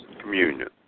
communion